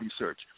research